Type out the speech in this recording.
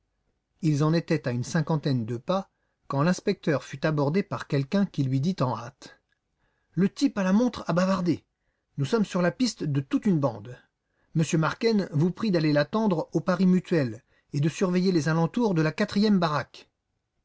ils en étaient à une cinquantaine de pas quand l'inspecteur fut abordé par quelqu'un qui lui dit en hâte le type à la montre a bavardé nous sommes sur la piste de toute une bande m marquenne vous prie d'aller l'attendre au pari mutuel et de surveiller les alentours de la quatrième baraque